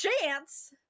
chance